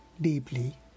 deeply